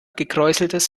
gekräuseltes